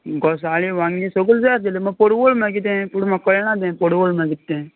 गोसाळीं वांगी सगळ्यो जाय आशिल्ल्यो म्हाका पडवळ म्हणल्यार कितें तें कळना तें पडवळ म्हणल्यार कितें तें